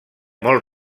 molt